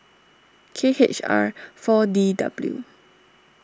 K H R four D W